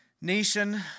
nation